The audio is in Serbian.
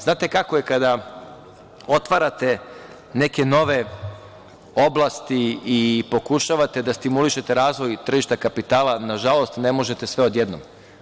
Znate kako je kada otvarate neke nove oblasti i pokušavate da stimulišete razvoj tržišta kapitala, na žalost, ne možete sve odjednom.